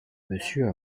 monsieur